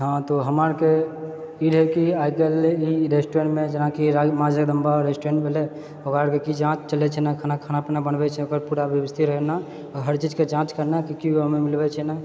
हँ तो हमरा आरके ई रहैकि आइकाल्हि ई रेस्टोरेन्टमे जेनाकि मा जगदम्बा रेस्टोरेन्ट भेलै हँ ओकरा किछु जाँच चलैछै खाना खाना अपन बनबै छै ओकर पूरा व्यवस्थित रहना हरचीजकेँ जाँच करना किआकि ओहिमे मिलबै छै नहि